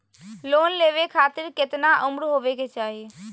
Loan लेवे खातिर केतना उम्र होवे चाही?